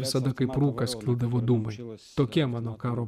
visada kaip rūkas kildavo dūmų žilas tokie mano karo